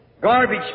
garbage